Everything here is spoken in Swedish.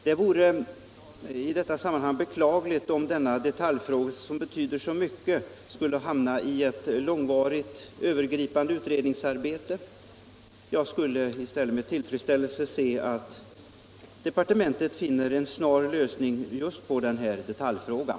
Det vore i detta sammanhang beklagligt om denna detaljfråga som betyder så mycket skulle hamna i ett långvarigt övergripande utredningsarbete. Jag skulle i stället med tillfredsställelse se att departementet finner en snar lösning just på den här detaljfrågan.